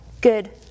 good